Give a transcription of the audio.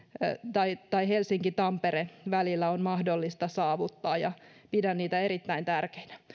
tai tai helsinki tampere välillä on mahdollista saavuttaa ja pidän niitä erittäin tärkeinä